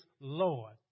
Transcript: Lord